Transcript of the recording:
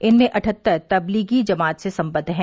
इनमें अठहत्तर तबलीगी जमात से सम्बद्ध हैं